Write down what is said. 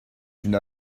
une